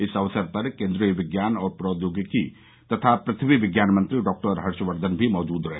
इस अवसर पर केन्द्रीय विज्ञान और प्रौद्योगिकी तथा पृथ्वी विज्ञान मंत्री डॉक्टर हर्षवर्धन भी मौजूद रहे